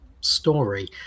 story